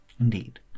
Indeed